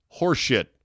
Horseshit